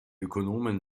ökonomen